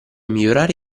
migliorare